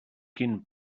quin